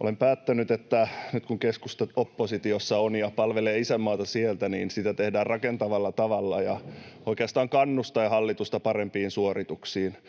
Olen päättänyt, että nyt kun keskusta on oppositiossa ja palvelee isänmaata sieltä, niin sitä tehdään rakentavalla tavalla ja oikeastaan kannustaen hallitusta parempiin suorituksiin.